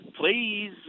please